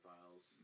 Files